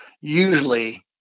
Usually